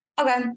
Okay